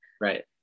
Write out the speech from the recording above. Right